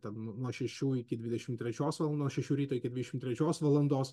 ten nuo šešių iki dvidešimt trečios valandos nuo šešių ryto iki dvidešimt trečios valandos